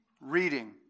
reading